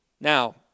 Now